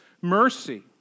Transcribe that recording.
mercy